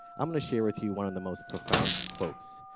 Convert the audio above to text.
i'm going to share with you one of the most profound quotes,